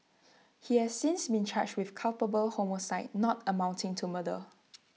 he has since been charged with culpable homicide not amounting to murder